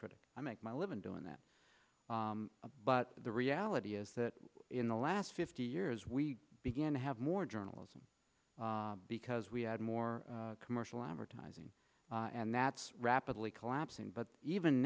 critic i make my living doing that but the reality is that in the last fifty years we began to have more journalism because we had more commercial advertising and that's rapidly collapsing but even